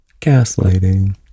gaslighting